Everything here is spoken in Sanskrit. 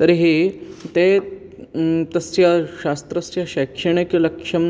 तर्हि ते तस्य शास्त्रस्य शैक्षणिकलक्ष्यं